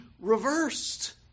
reversed